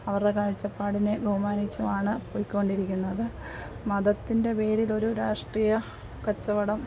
അവരുടെ കാഴ്ച്ചപ്പാടിനെ ബഹുമാനിച്ചുമാണ് പോയിക്കൊണ്ടിരിക്കുന്നത് മതത്തിൻ്റെ പേരിലൊരു രാഷ്ട്രീയ കച്ചവടം